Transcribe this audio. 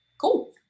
cool